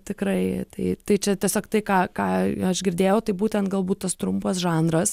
tikrai tai tai čia tiesiog tai ką ką aš girdėjau tai būtent galbūt tas trumpas žanras